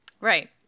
Right